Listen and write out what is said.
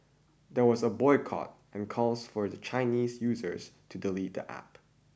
there was a boycott and calls for Chinese users to delete the App